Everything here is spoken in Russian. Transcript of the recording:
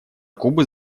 кубы